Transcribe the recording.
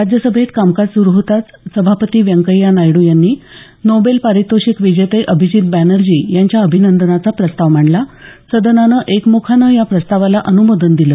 राज्यसभेत कामकाज सुरू होताच सभापती व्यंकय्या नायड्र यांनी नोबेल पारितोषिक विजेते अभिजीत बॅनर्जी यांच्या अभिनंदनाचा प्रस्ताव मांडला सदनानं एकमुखानं या प्रस्तावाला अनुमोदन दिलं